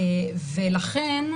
לכן,